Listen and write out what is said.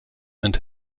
und